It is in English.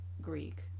Greek